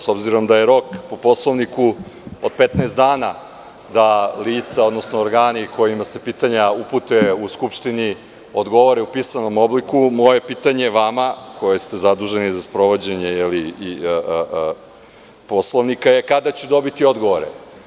S obzirom da je rok po Poslovniku 15 dana da lica, odnosno organi kojima se pitanja upute u Skupštini, odgovore u pisanom obliku, moje je pitanje vama, koji ste zaduženi za sprovođenje Poslovnika, kada ću dobiti odgovor?